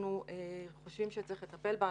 אנחנו חושבים שצריכים לטפל בה.